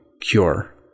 cure